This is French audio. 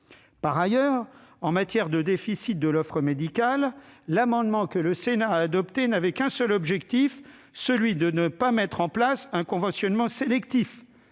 Par ailleurs, en matière de déficit de l'offre médicale, l'amendement que le Sénat a adopté n'avait qu'un seul objectif : ne pas mettre en place un conventionnement sélectif,